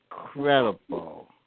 incredible